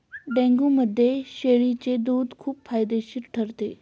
डेंग्यूमध्ये शेळीचे दूध खूप फायदेशीर ठरते